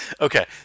okay